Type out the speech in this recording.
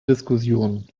diskussion